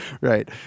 right